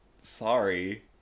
sorry